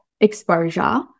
exposure